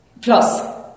plus